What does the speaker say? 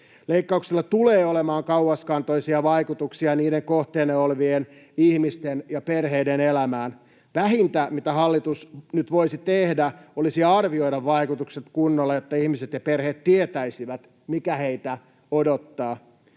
Leikkauksilla tulee olemaan kauaskantoisia vaikutuksia niiden kohteena olevien ihmisten ja perheiden elämään. Vähintä, mitä hallitus nyt voisi tehdä, olisi arvioida vaikutukset kunnolla, että ihmiset ja perheet tietäisivät, mikä heitä odottaa.